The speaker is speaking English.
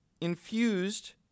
infused